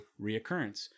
reoccurrence